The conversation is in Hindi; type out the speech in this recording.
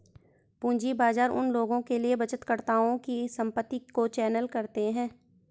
पूंजी बाजार उन लोगों के लिए बचतकर्ताओं की संपत्ति को चैनल करते हैं